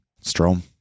Strom